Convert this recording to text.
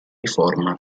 riforma